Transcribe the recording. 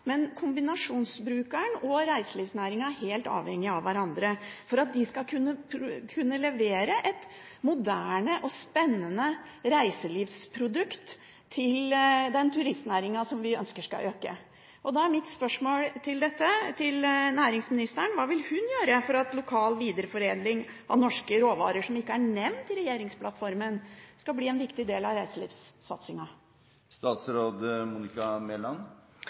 men kombinasjonsbrukeren og reiselivsnæringen er helt avhengig av hverandre for at de skal kunne levere et moderne og spennende reiselivsprodukt til den turistnæringen som vi ønsker skal øke. Da er mitt spørsmål til næringsministeren: Hva vil hun gjøre for at lokal videreforedling av norske råvarer, som ikke er nevnt i regjeringsplattformen, skal bli en viktig del av